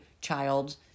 child